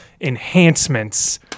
enhancements